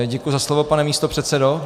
Děkuji za slovo, pane místopředsedo.